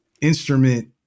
instrument